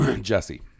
Jesse